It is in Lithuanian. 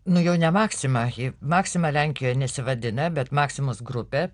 nu jau ne maksima maksima lenkijoje nesivadina bet maksimos grupė